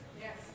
Yes